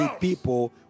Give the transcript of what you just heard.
people